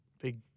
big